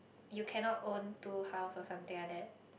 you cannot own two house or something like that